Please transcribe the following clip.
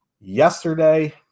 yesterday